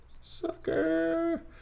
Sucker